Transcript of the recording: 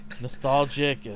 nostalgic